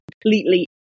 completely